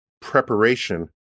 preparation